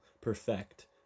perfect